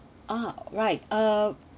oh right uh